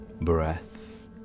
breath